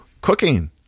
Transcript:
cooking